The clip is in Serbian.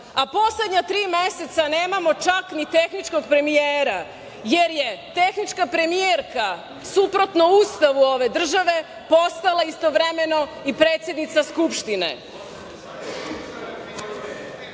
a poslednja tri meseca nemamo čak ni tehničkog premijera, jer je tehnička premijerka, suprotno Ustavu ove države, postala istovremeno i predsednica Skupštine.